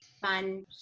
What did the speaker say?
fun